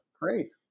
Great